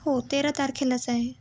हो तेरा तारखेलाच आहे